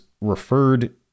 referred